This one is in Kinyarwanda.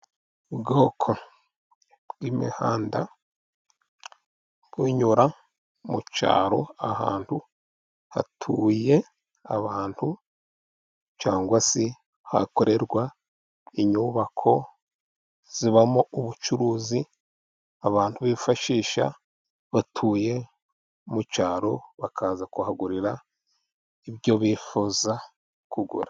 Ubwoko bw'imihanda bunyura mu cyaro ahantu hatuye abantu, cyangwag se hakorerwa inyubako zibamo ubucuruzi abantu bifashisha batuye mu cyaro, bakaza kuhagurira ibyo bifuza kugura.